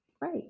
Right